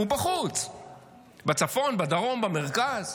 הוא בחוץ, בצפון, בדרום, במרכז.